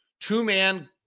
two-man